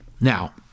now